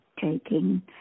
taking